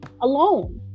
alone